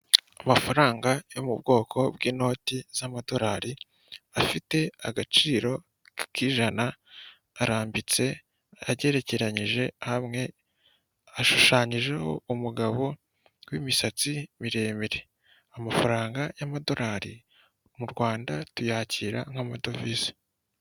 Amafaranga yo mu bwoko bw'inoti z'amadorari afite agaciro k'ijana, arambitse agererekeranyije hamwe, ashushanyijeho umugabo w'imisatsi miremire. Amafaranga y'amadolari mu Rwanda tuyakira nk'amadovize.